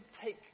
take